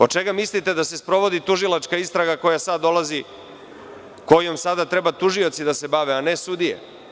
Od čega mislite da se sprovodi tužilačka istraga kojom sada treba tužioci da se bave, a ne sudije?